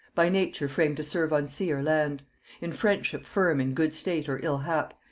by nature framed to serve on sea or land in friendship firm in good state or ill hap,